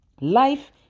Life